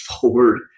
forward